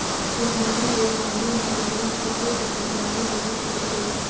पुहारा ले पानी हर बड़िया सब्बो कति पानी बहत रथे